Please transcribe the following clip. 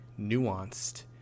nuanced